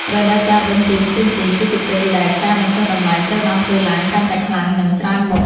រដូវកាលបុណ្យទានផ្សេងៗ គឺជាពេលដែលការបញ្ចុះតម្លៃត្រូវបានធ្វើឡើងកាន់តែខ្លាំងនិងច្រើនមុខ។